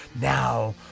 Now